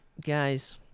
guys